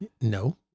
No